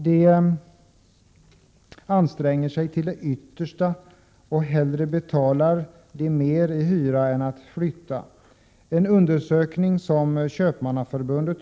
De anstränger sig till det yttersta och betalar hellre mer i hyra än att flytta. En undersökning av Köpmannaför Prot.